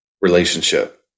relationship